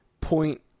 point